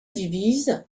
divise